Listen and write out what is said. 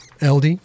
LD